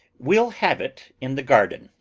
we'll have it in the garden.